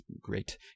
great